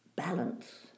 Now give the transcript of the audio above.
Balance